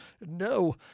No